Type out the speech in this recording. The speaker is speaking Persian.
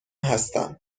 هستم